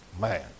Man